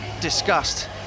discussed